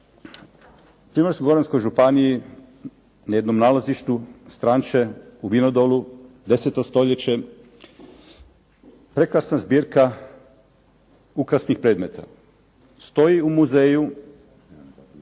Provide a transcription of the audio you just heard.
U Primorsko-goranskoj županiji na jednom nalazištu Stranče u Vinodolu, deseto stoljeće, prekrasna zbirka ukrasnih predmeta. Stoji u muzeju,